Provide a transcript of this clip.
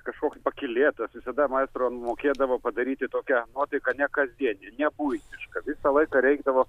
kažkoks pakylėtas visada maestro mokėdavo padaryti tokiąnuotaiką nekasdieninę ne buitišką visą laiką reikdavo